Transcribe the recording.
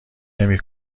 نمی